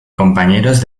compañeros